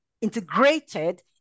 integrated